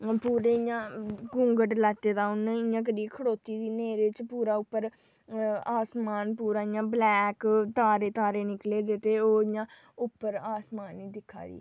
अऽ पूरे इ'यां घूंघट लैत्ते दा उ'न्न इ'यां करियै खड़ोती दी न्हेरे च पूरा उप्पर अऽ आसमान पूरा इ'यां ब्लैक तारे तारे निकले दे ते ओह् इ'यां उप्पर आसमान'ई दिक्खा दी